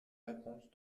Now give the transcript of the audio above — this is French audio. réponse